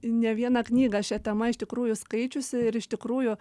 ne vieną knygą šia tema iš tikrųjų skaičiusi ir iš tikrųjų